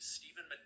Stephen